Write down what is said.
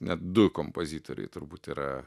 net du kompozitoriai turbūt yra